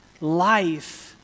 Life